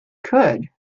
could